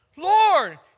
Lord